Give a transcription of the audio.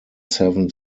seven